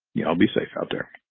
y'all be safe out there.